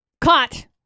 caught